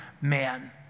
man